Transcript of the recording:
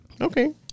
Okay